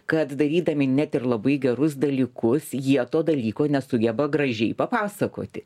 kad darydami net ir labai gerus dalykus jie to dalyko nesugeba gražiai papasakoti